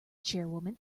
chairwoman